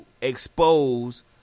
expose